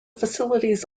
facilities